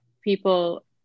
people